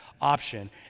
option